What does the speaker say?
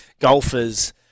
golfers